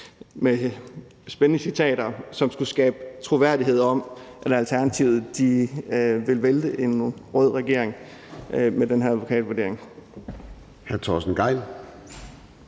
med spændende citater, som skulle skabe troværdighed om, at Alternativet ville vælte en rød regering med den her advokatvurdering.